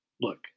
look